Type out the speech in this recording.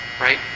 right